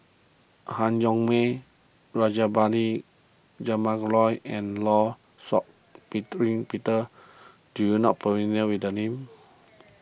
Han Yong May Rajabali Jumabhoy and Law Shau Peter do you not familiar with the names